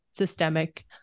systemic